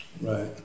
Right